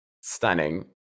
stunning